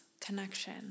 connection